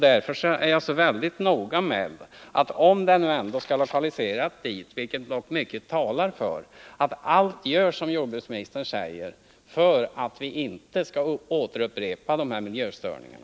Därför anser jag att, om anläggningen ändå skall lokaliseras dit — vilket dock mycket talar för — vi skall vara mycket noga med att allt görs, som jordbruksministern säger, för att vi inte skall få en upprepning av dessa miljöstörningar.